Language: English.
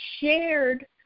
shared